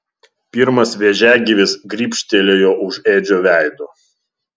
pirmas vėžiagyvis grybštelėjo už edžio veido